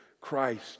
Christ